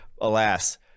Alas